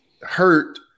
hurt